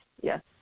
yes